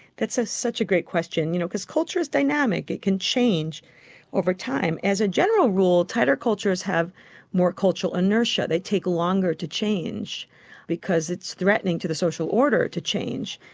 that's ah such a great question you know because culture is dynamic, it can change over time. as a general rule, tighter cultures have more cultural inertia, they take longer to change because it's threatening to the social order to change.